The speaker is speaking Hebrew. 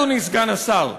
אדוני סגן השר,